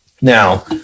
Now